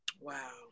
wow